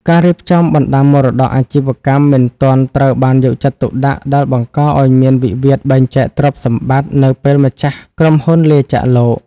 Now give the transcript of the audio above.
ការរៀបចំ "បណ្ដាំមរតកអាជីវកម្ម" មិនទាន់ត្រូវបានយកចិត្តទុកដាក់ ដែលបង្កឱ្យមានវិវាទបែងចែកទ្រព្យសម្បត្តិនៅពេលម្ចាស់ក្រុមហ៊ុនលាចាកលោក។